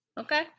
Okay